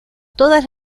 todas